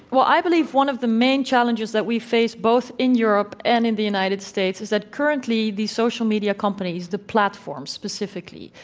well, i believe one of the main challenges that we face both in europe and in the united states is that currently, these social media companies, the platforms specifically,